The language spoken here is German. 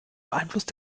beeinflusst